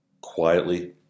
quietly